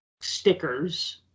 stickers